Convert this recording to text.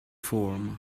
form